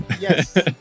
yes